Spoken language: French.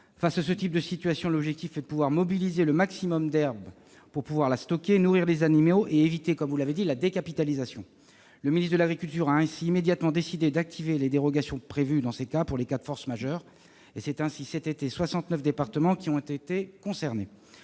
Face à ce type de situation, l'objectif est de mobiliser le maximum d'herbe pour pouvoir la stocker, nourrir les animaux et éviter, comme vous l'avez dit, la décapitalisation. Le ministre de l'agriculture a ainsi immédiatement décidé d'activer les dérogations prévues pour les cas de force majeure. Cet été, soixante-neuf départements ont été concernés.